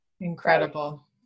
Incredible